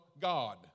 God